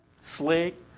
Slick